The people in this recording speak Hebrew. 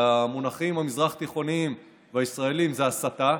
במונחים המזרח-תיכוניים והישראליים זה הסתה.